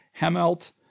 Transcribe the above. Hemelt